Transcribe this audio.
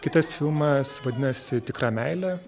kitas filmas vadinasi tikra meilė